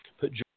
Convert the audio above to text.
Put